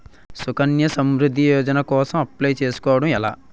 సుకన్య సమృద్ధి యోజన కోసం అప్లయ్ చేసుకోవడం ఎలా?